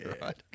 right